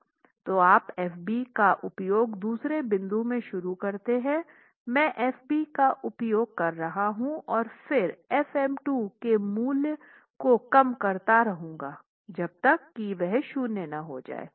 तो आप Fb का उपयोग दूसरे बिंदु में शुरू करते हैं मैं Fb का उपयोग कर रहा हूं और फिर fm2 के मूल्य को कम करता रहूंगा जब तक की वह शून्य न हो जाये